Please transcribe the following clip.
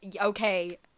Okay